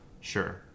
Sure